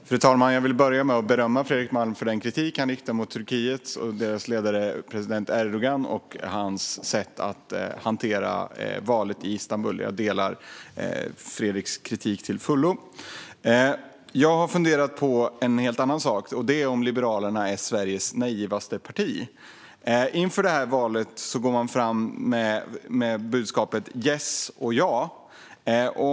Fru talman! Jag vill börja med att berömma Fredrik Malm för den kritik som han riktar mot Turkiet och dess ledare president Erdogan och dennes sätt att hantera valet i Istanbul. Jag delar Fredriks kritik till fullo. Jag har funderat på en helt annan sak, och det är om Liberalerna är Sveriges naivaste parti. Inför valet går man fram med budskapet yes och ja.